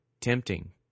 Tempting